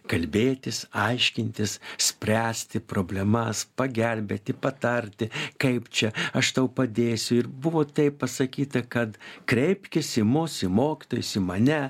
kalbėtis aiškintis spręsti problemas pagelbėti patarti kaip čia aš tau padėsiu ir buvo taip pasakyta kad kreipkis į mus į mokytojus į mane